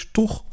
toch